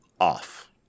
off